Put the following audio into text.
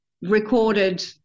recorded